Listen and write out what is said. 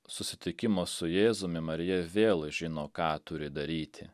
susitikimo su jėzumi marija vėl žino ką turi daryti